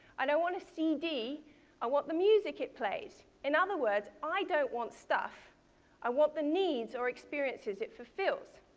i don't want a cd i want the music it plays. in other words, i don't want stuff i want the needs or experiences it fulfills.